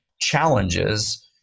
challenges